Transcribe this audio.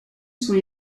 sont